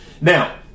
Now